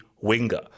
winger